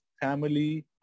family